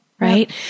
Right